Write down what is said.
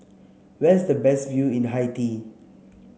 where is the best view in Haiti